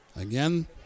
Again